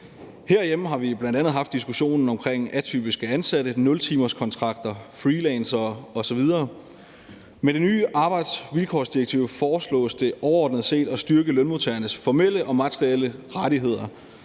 Herhjemme har vi bl.a. haft diskussionen omkring atypiske ansatte, nultimerskontrakter, freelancere osv. Med det nye arbejdsvilkårsdirektiv foreslås det overordnet set at styrke lønmodtagernes formelle og materielle rettigheder.